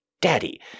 Daddy